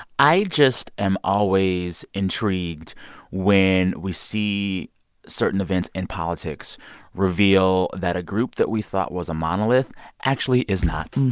i just am always intrigued when we see certain events in politics reveal that a group that we thought was a monolith actually is not